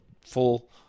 full